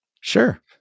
sure